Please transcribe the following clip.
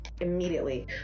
immediately